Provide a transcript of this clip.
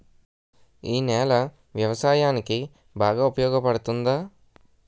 ఈ నేల వ్యవసాయానికి బాగా ఉపయోగపడుతుందా?